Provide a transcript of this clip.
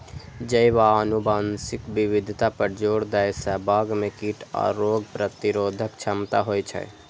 जैव आ आनुवंशिक विविधता पर जोर दै सं बाग मे कीट आ रोग प्रतिरोधक क्षमता होइ छै